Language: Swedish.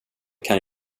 kan